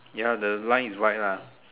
ya the line is white lah